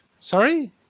Sorry